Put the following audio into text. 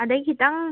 ꯑꯗꯩ ꯈꯤꯇꯪ